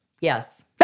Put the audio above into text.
Yes